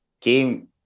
came